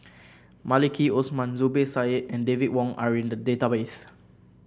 Maliki Osman Zubir Said and David Wong are in the database